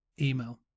email